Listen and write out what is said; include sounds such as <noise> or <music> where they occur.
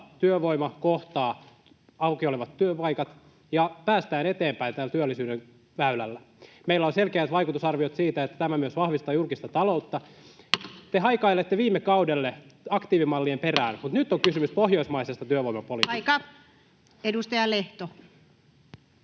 työvoima kohtaa auki olevat työpaikat ja päästään eteenpäin tällä työllisyyden väylällä. Meillä on selkeät vaikutusarviot siitä, että tämä myös vahvistaa julkista ta-loutta. <noise> Te haikailette viime kaudelle, aktiivimallien perään, <noise> mutta nyt on kysymys pohjoismaisesta työvoimapolitiikasta.